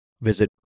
visit